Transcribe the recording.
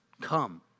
come